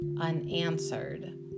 unanswered